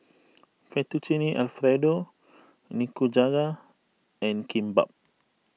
Fettuccine Alfredo Nikujaga and Kimbap